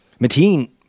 Mateen